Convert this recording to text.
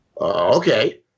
okay